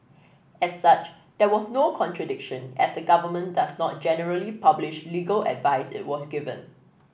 as such there was no contradiction as the government does not generally publish legal advice it was given